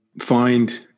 find